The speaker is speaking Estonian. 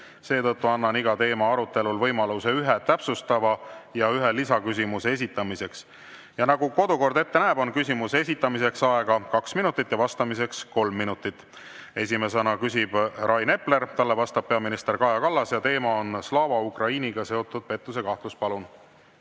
Seetõttu annan iga teema arutelul võimaluse ühe täpsustava ja ühe lisaküsimuse esitamiseks. Ja nagu kodukord ette näeb, on küsimuse esitamiseks aega kaks minutit ja vastamiseks kolm minutit. Esimesena küsib Rain Epler, talle vastab peaminister Kaja Kallas ja teema on Slava Ukrainiga seotud pettusekahtlus.